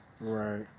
Right